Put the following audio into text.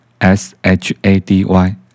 S-H-A-D-Y